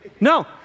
No